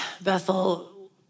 Bethel